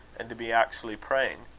and to be actually praying.